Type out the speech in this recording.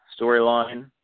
storyline